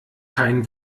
kein